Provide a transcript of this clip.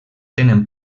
tenen